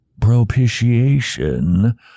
propitiation